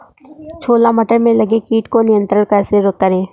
छोला मटर में लगे कीट को नियंत्रण कैसे करें?